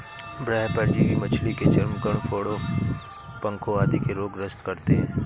बाह्य परजीवी मछली के चर्म, गलफडों, पंखों आदि के रोग ग्रस्त करते है